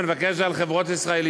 אני מבקש להחיל את זה על חברות ישראליות.